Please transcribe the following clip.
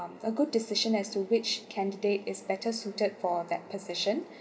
a good decision as to which candidate is better suited for that position